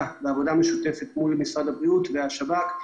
ועבודה משותפת מול משרד הבריאות והשב"כ,